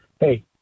hey